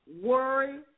worry